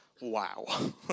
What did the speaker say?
Wow